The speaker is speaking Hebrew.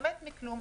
באמת מכלום,